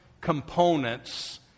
components